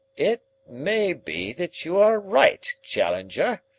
it may be that you are right, challenger,